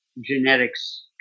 genetics